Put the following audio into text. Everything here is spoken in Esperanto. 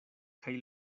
kaj